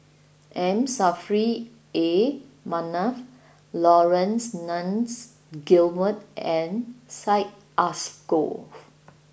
M Saffri A Manaf Laurence Nunns Guillemard and Syed Alsagoff